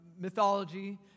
mythology